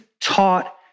taught